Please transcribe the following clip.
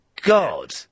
God